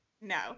No